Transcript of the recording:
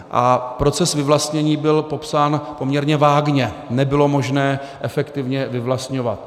A proces vyvlastnění byl popsán poměrně vágně nebylo možné efektivně vyvlastňovat.